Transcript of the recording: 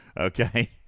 Okay